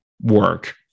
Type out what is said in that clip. Work